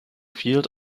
field